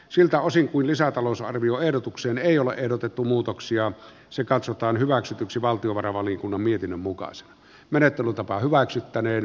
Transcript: siltä osin kuin lisätalousarvioehdotukseen ei ole ehdotettu muutoksia se katsotaan hyväksytyksi valtiovarainvaliokunnan mietinnön mukaansa menettelytapaa hyväksyttäneen